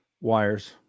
Wires